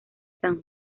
san